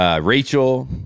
Rachel